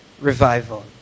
revival